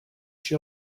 she